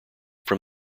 from